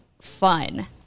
fun